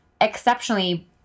exceptionally